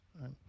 right